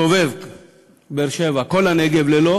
סובב באר-שבע, כל הנגב, ללא